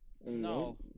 No